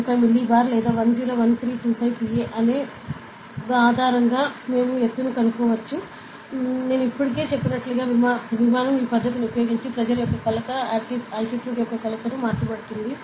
25 millibar లేదా 101325 Pa అనే on హ ఆధారంగా మేము ఎత్తును కనుక్కోవచ్చు నేను ఇప్పటికే చెప్పినట్లుగా విమానం ఈ పద్ధతిని ఉపయోగించి pressure యొక్క కొలత altitude యొక్క కొలతకు మార్చబడుతుంది